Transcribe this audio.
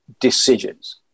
decisions